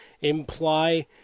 imply